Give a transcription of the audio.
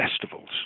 festivals